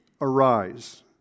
arise